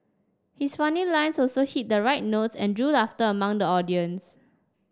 his funny lines also hit the right notes and drew laughter among the audience